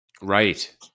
Right